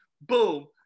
Boom